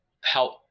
help